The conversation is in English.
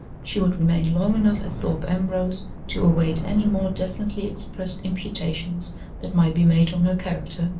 she would remain long enough at thorpe ambrose to await any more definitely expressed imputations that might be made on her character,